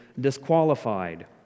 disqualified